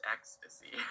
Ecstasy